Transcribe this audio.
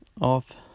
off